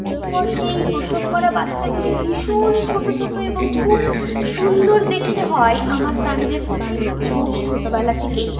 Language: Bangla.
এরপর সেই প্রসব করা বাচ্চাগুলি ভীষণ ছোটো ছোটো এবং খুব সুন্দর দেখতে হয় আমার প্রাণীদের প্রতি একটু ঝোঁক ছোটোবেলা থেকেই